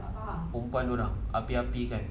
perempuan dia orang api-apikan